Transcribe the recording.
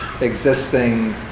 existing